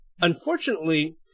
unfortunately